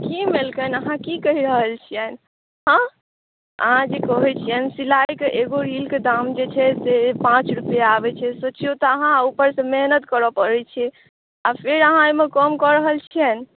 की लेलकनि अहाँ की कहि रहल छियनि आँय अहाँ जे कहैत छियनि सिलाइके एगो रीलके दाम जे छै से पाँच रुपैआ आबैत छै से के तऽ अहाँ ऊपरसँ मेहनति करय पड़ैत छै आ से अहाँ एहिमे कम कऽ रहल छियनि